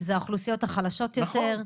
זה האוכלוסיות החלשות יותר,